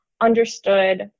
understood